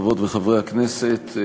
חברות וחברי הכנסת,